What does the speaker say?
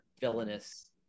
villainous